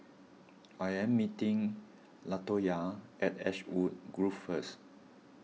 I am meeting Latoya at Ashwood Grove first